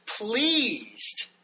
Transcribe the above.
pleased